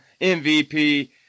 MVP